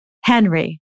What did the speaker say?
Henry